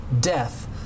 death